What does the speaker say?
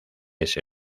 ese